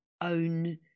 own